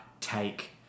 take